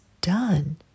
done